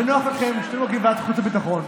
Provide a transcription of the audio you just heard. ונוח לכם שאתם לא מגיעים לוועדת חוץ וביטחון.